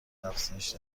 افزایش